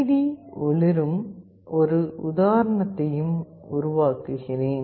D ஒளிரும் ஒரு உதாரணத்தையும் உருவாக்குகிறேன்